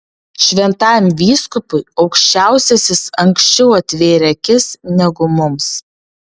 šventajam vyskupui aukščiausiasis anksčiau atvėrė akis negu mums